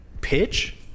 pitch